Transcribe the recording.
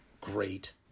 great